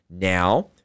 now